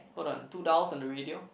hold on two downs on the radio